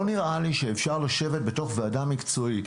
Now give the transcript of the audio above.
לא נראה לי שאפשר לשבת בתוך ועדה מקצועית.